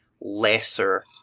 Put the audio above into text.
lesser